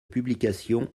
publications